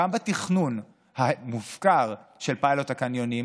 גם בתכנון המופקר של פיילוט הקניונים